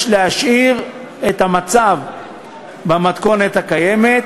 יש להשאיר את המצב במתכונת הקיימת.